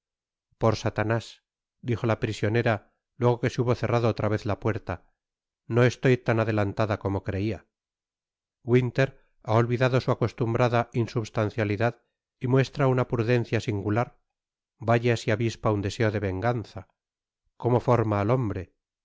por satanás dijo la prisionera luego que se hubo cerrado otra vez la puerta no estoy tan adelantada como creia winter ha olvidado su acostumbrada insubstancialidad y muestra una prudencia singular vaya si avispa un deseo de venganza como forma al hombre por lo que